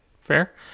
fair